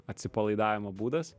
atsipalaidavimo būdas